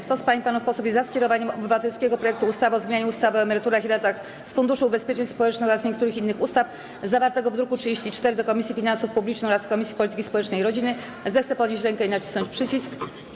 Kto z pań i panów posłów jest za skierowaniem obywatelskiego projektu ustawy o zmianie ustawy o emeryturach i rentach z Funduszu Ubezpieczeń Społecznych oraz niektórych innych ustaw, zawartego w druku nr 34, do Komisji Finansów Publicznych oraz Komisji Polityki Społecznej i Rodziny, zechce podnieść rękę i nacisnąć przycisk.